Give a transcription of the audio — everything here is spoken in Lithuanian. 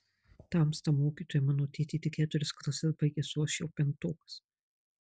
tamsta mokytoja mano tėtė tik keturias klases baigęs o aš jau penktokas